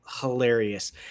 hilarious